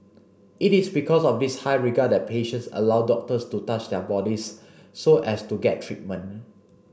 it is because of this high regard that patients allow doctors to touch their bodies so as to get treatment